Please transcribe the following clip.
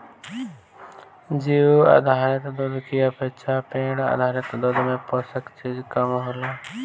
जीउ आधारित दूध की अपेक्षा पेड़ आधारित दूध में पोषक चीज कम होला